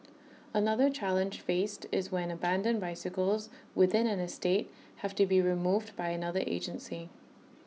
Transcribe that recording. another challenge faced is when abandoned bicycles within an estate have to be removed by another agency